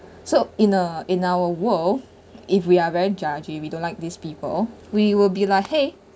so in a in our world if we are very judging we don't like these people we will be like !hey!